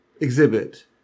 exhibit